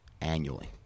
annually